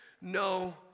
no